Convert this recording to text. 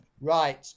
Right